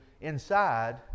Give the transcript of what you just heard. inside